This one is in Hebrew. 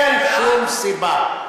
אין שום סיבה.